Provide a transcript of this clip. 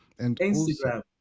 Instagram